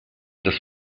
des